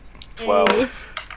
Twelve